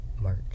March